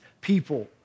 people